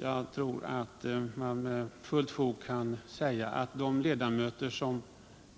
Jag tror att man med fullt fog kan säga att de ledamöter som